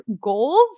goals